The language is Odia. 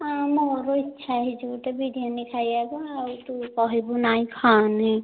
ମୋର ଇଛା ହେଇଛି ଗୋଟେ ବିରିୟାନୀ ଖାଇବାକୁ ଆଉ ତୁ କହିବୁ ନାଇଁ ଖାଆନି